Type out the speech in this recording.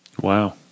Wow